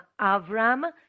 Avram